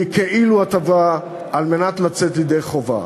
היא כאילו הטבה כדי לצאת ידי חובה.